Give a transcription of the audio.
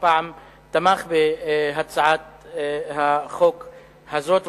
שהפעם תמך בהצעת החוק הזאת,